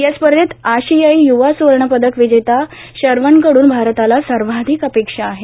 या स्पर्धेत आशियायी य्वा स्वर्णपदक विजेता शरवणकडून भारताला सर्वाधिक अपेक्षा आहेत